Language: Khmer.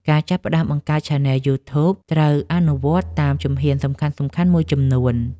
ការចាប់ផ្តើមបង្កើតឆានែលយូធូបត្រូវអនុវត្តន៍តាមជំហានសំខាន់ៗមួយចំនួន។